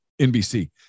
nbc